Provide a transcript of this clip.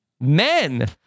men